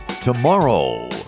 Tomorrow